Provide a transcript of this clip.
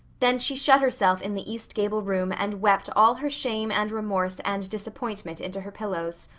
then she shut herself in the east gable room and wept all her shame and remorse and disappointment into her pillows.